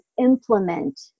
implement